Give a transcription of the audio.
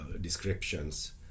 descriptions